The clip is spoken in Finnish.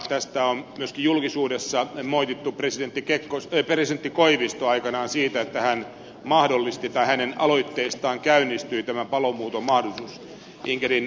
tästä on myöskin julkisuudessa moitittu presidentti koivistoa aikanaan että hänen aloitteestaan käynnistyi tämä paluumuuton mahdollisuus